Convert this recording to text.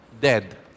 dead